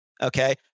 okay